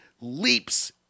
leaps